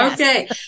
Okay